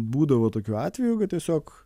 būdavo tokių atvejų tiesiog